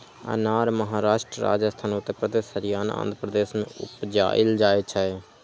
अनार महाराष्ट्र, राजस्थान, उत्तर प्रदेश, हरियाणा, आंध्र प्रदेश मे उपजाएल जाइ छै